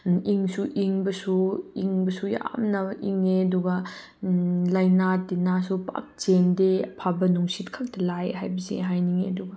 ꯏꯪꯁꯨ ꯏꯪꯕꯁꯨ ꯏꯪꯕꯁꯨ ꯌꯥꯝꯅ ꯏꯪꯉꯦ ꯑꯗꯨꯒ ꯂꯥꯏꯅꯥ ꯇꯤꯟꯅꯥꯁꯨ ꯄꯥꯛ ꯆꯦꯟꯗꯦ ꯑꯐꯕ ꯅꯨꯡꯁꯤꯠ ꯈꯛꯇ ꯂꯥꯛꯑꯦ ꯍꯥꯏꯕꯁꯦ ꯍꯥꯏꯅꯤꯡꯏ ꯑꯗꯨꯒ